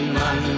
man